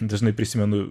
dažnai prisimenu